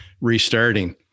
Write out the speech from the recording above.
restarting